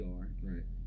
right